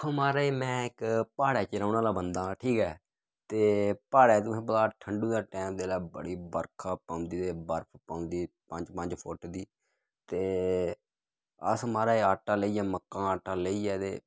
हां महाराज में इक प्हाड़ै च रौह्ने आह्ला बंदा आं ठीक ऐ ते प्हाड़ै तोहें गी पता ठंडू दा टैम जेल्लै बड़ी बरखा पौंदी ते बर्फ पौंदी पंज पंज फुट्ट दी ते अस महाराज आटा लेइयै मक्कां दा आटा लेइयै ते